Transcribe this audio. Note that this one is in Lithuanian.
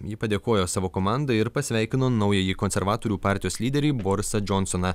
ji padėkojo savo komandai ir pasveikino naująjį konservatorių partijos lyderį borisą džonsoną